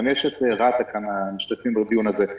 גם אנשי רת"א משתתפים בדיון הזה.